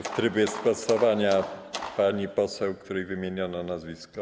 W trybie sprostowania pani poseł, której wymieniono nazwisko.